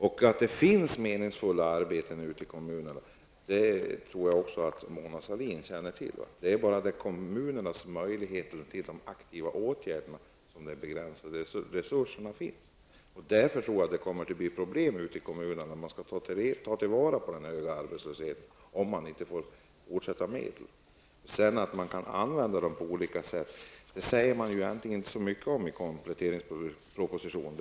Jag tror också att Mona Sahlin känner till att det finns meningsfulla arbeten i kommunerna. Det är kommunernas möjligheter till aktiva åtgärder som är begränsade. Därför kommer det att bli problem i kommunerna när den höga arbetslösheten skall tas om hand och kommunerna inte får fortsatta medel. Att medlen sedan kan användas på olika sätt sägs det inte så mycket om i kompletteringspropositionen.